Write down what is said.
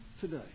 today